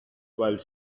while